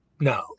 No